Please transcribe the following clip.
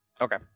Okay